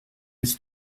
was